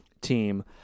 team